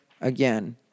again